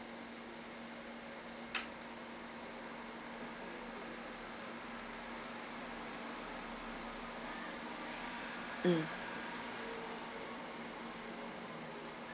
mm